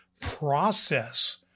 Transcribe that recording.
process